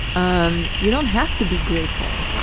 um you don't have to be grateful.